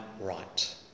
right